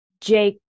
Jake